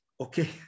Okay